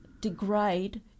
degrade